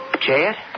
Chad